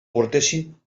portessin